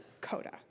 CODA